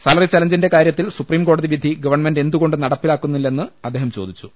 salary ചലഞ്ചിന്റെ കാര്യത്തിൽ സുപ്രീംകോടതി വിധി ഗവൺമെന്റ് എന്തുകൊണ്ട് നടപ്പാക്കുന്നില്ലെന്ന് അദ്ദേഹം ചോദി ച്ചു